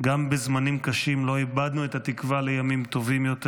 גם בזמנים קשים לא איבדנו את התקווה לימים טובים יותר.